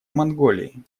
монголии